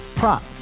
Prop